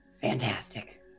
fantastic